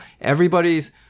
everybody's